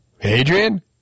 Adrian